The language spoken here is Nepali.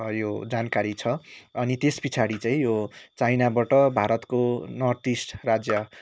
यो जानकारी छ अनि त्यसपछाडि चाहिँ यो चाइनाबाट भारतको नर्थ इस्ट राज्य